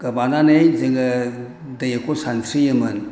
गोबानानै जोङो दैखौ सानस्रियोमोन